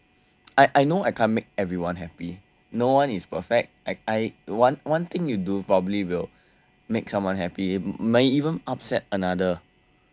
I I know I can't make everyone happy no one is perfect I one one thing you do probably will make someone happy may even upset another